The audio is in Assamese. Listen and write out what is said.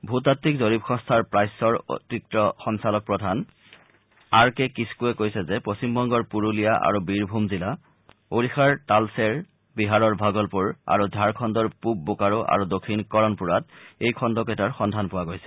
ভূ তাত্বিক জৰীপ সংস্থাৰ প্ৰাচ্যৰ অতিৰিক্ত সঞ্চালক প্ৰধান আৰ কে কিছ্কুয়ে কৈছে যে পশ্চিমবংগৰ পুৰুলিয়া আৰু বীৰভূম জিলা ওড়িশাৰ তালছেৰ বিহাৰৰ ভগলপুৰ আৰু ঝাৰখণ্ডৰ পূব বোকাৰো আৰু দক্ষিণ কৰণপুৰাত এই খণ্ডকেইটাৰ সন্ধান পোৱা গৈছে